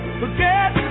forget